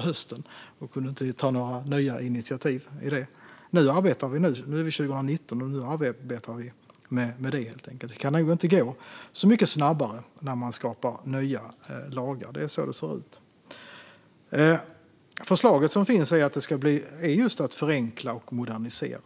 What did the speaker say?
hösten och kunde inte ta några nya initiativ i fråga om detta. Nu är det 2019, och vi arbetar med det. Det kan nog inte gå så mycket snabbare när man skapar nya lagar. Det är så det ser ut. Det förslag som finns handlar om att förenkla och modernisera.